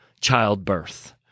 childbirth